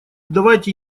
давайте